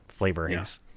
flavorings